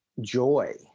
joy